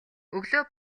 өглөө